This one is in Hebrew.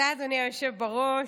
תודה, אדוני היושב בראש.